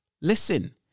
Listen